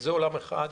זה עולם אחד.